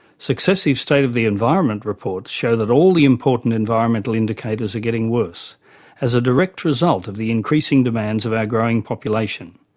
successive state of the environment reports show that all the important environmental indicators are getting worse as a direct result of the increasing demands of our growing population.